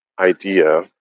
idea